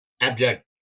abject